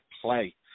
play